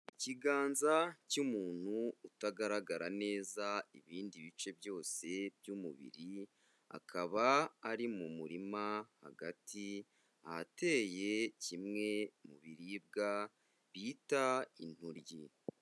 Ikiganza cy'umuntu utagaragara neza ibindi bice byose by'umubiri, akaba ari mu murima hagati, ahateye kimwe mu biribwa bita intoryi.